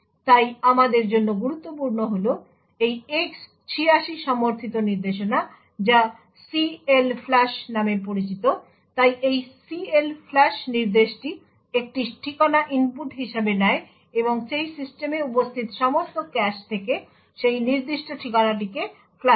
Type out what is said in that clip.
তাই আমাদের জন্য গুরুত্বপূর্ণ হল এই X 86 সমর্থিত নির্দেশনা যা CLFLUSH নামে পরিচিত তাই এই CLFLUSH নির্দেশটি একটি ঠিকানা ইনপুট হিসাবে নেয় এবং সেই সিস্টেমে উপস্থিত সমস্ত ক্যাশ থেকে সেই নির্দিষ্ট ঠিকানাটিকে ফ্লাশ করে